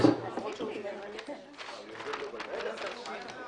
מס' 3/מק/2090 באשדוד פרוטוקול 784. יש לפניי גם מפה,